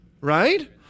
right